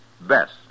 Best